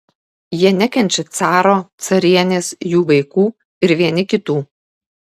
jie nekenčia caro carienės jų vaikų ir vieni kitų